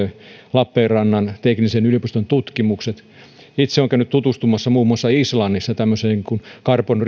lappeenrannan teknillisen yliopiston tutkimuksissa itse olen käynyt tutustumassa muun muassa islannissa tämmöiseen carbon